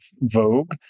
vogue